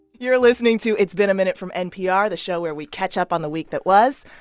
you're listening to it's been a minute from npr, the show where we catch up on the week that was.